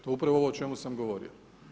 To je upravo ovo o čemu sam govorio.